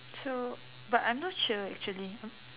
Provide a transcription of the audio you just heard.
so but I'm not sure actually m~